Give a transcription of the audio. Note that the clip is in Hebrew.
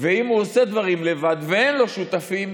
ואם הוא עושה דברים לבד ואין לו שותפים,